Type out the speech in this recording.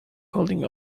holding